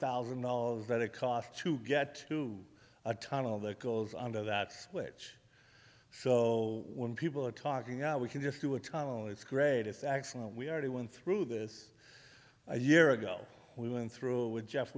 thousand dollars that it cost to get through a tunnel that goes under that switch so when people are talking out we can just do a time oh it's great it's actually we already went through this a year ago we went through with jeff